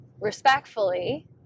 respectfully